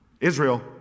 Israel